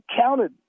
counted